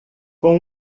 com